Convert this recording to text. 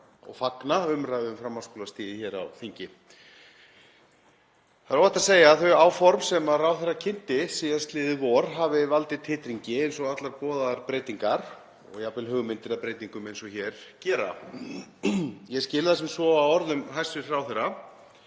og fagna umræðu um framhaldsskólastigið hér á þingi. Það er óhætt að segja að þau áform sem ráðherra kynnti síðastliðið vor hafi valdið titringi eins og allar boðaðar breytingar gera, og jafnvel hugmyndir að breytingum eins og hér. Ég skil það sem svo af orðum hæstv. ráðherra